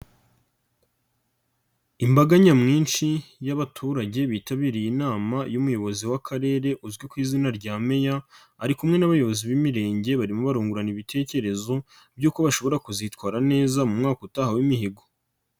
Imbaga nyamwinshi y'abaturage bitabiriye inama y'umuyobozi w'Akarere uzwi ku izina rya Meya, ari kumwe n'abayobozi b'Imirenge barimo bungurana ibitekerezo by'uko bashobora kuzitwara neza mu mwaka utaha w'imihigo.